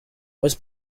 was